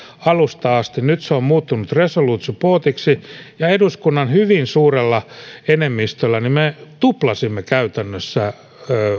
alusta asti nyt se on muuttunut resolute supportiksi ja eduskunnan hyvin suurella enemmistöllä me tuplasimme käytännössä